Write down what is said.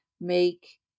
make